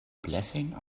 blessing